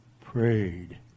prayed